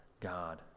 God